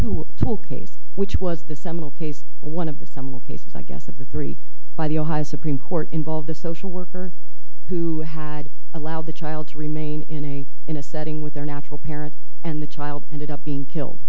pull case which was the seminal case or one of the seminal cases i guess of the three by the ohio supreme court involved the social worker who had allowed the child to remain in a in a setting with their natural parent and the child and it up being killed